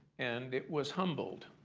and it was humbled.